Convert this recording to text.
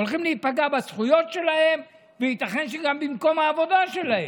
הולכים להיפגע בזכויות שלהם וייתכן שגם במקום העבודה שלהם.